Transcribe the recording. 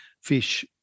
fish